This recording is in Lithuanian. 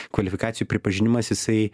kvalifikacijų pripažinimas jisai